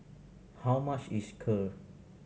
how much is Kheer